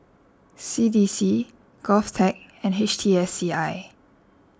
C D C Govtech and H T S C I